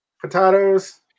Potatoes